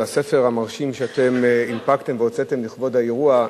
על הספר המרשים שאתם הנפקתם והוצאתם לכבוד האירוע.